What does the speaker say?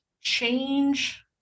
change